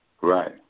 Right